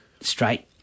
straight